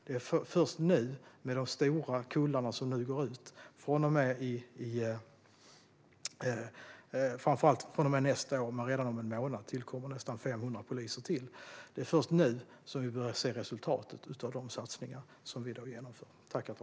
Det är först med de stora kullar som nu går ut - framför allt från och med nästa år, men redan om en månad tillkommer nästan 500 poliser - som vi börjar se resultatet av de satsningar som vi då genomförde.